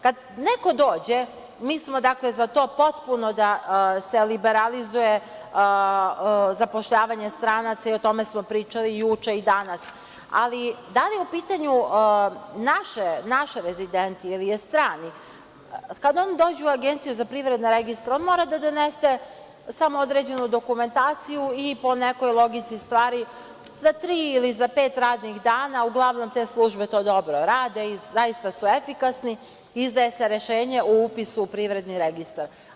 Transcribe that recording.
Kad neko dođe mi smo, dakle, za to potpuno da se liberalizuje zapošljavanje stranaca, o tome smo pričali juče i danas, ali da li je u pitanju naš rezident ili je strani kad on dođe u Agenciju za privredne registre, on mora da donese samo određenu dokumentaciju i po nekoj logici stvari za tri ili za pet radnih dana, uglavnom te službe to dobro rade i zaista su efikasni, izdaje se rešenje o upisu u privredni registar.